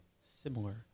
similar